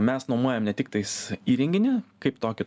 mes nuomojam ne tik tais įrenginį kaip tokį